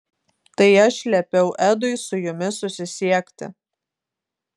tai aš liepiau edui su jumis susisiekti